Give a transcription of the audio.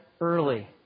early